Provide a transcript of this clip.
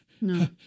No